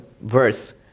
verse